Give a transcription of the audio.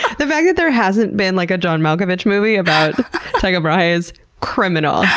the fact that there hasn't been like a john malkovich movie about tycho brahe is criminal!